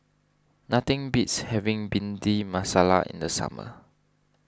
nothing beats having Bhindi Masala in the summer